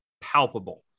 palpable